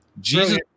Jesus